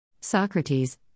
Socrates